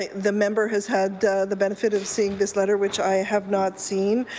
the member has had the benefit of seeing this letter which i have not seen.